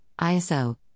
ISO